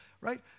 Right